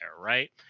right